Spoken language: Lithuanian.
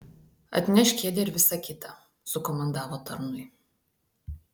atnešk kėdę ir visa kita sukomandavo tarnui